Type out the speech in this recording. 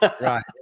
right